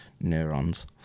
neurons